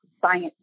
science